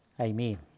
amen